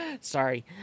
Sorry